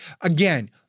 again